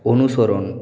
অনুসরণ